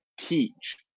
teach